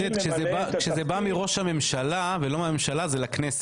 כשזה בא מראש הממשלה ולא מהממשלה זה לכנסת.